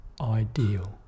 ideal